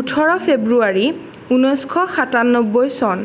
ওঠৰ ফেব্ৰুৱাৰী ঊনৈছশ সাতানব্বৈ চন